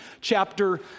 chapter